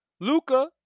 Luca